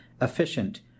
efficient